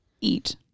Eat